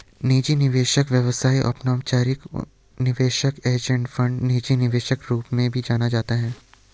निजी निवेशक व्यवसाय अनौपचारिक निवेशक एंजेल फंडर निजी निवेशक रूप में भी जाना जाता है